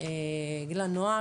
צריך שיהיה תהליך של פיקוח או בקרה.